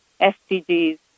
SDGs